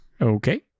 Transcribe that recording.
okay